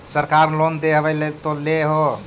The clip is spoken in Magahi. सरकार लोन दे हबै तो ले हो?